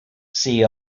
see